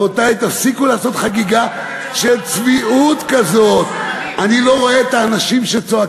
כשהרב ליבוביץ אמר 11 הוא לא נתן